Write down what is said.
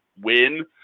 win